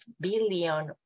billion